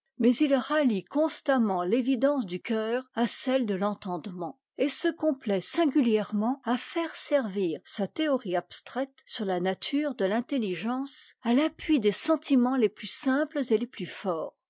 mais il rallie constamment l'évidence du coeur à celle de l'entendement et se complaît singulièrement à faire servir sa théorie abstraite sur la nature de l'intelligence à l'appui des sentiments les plus simples et les plus forts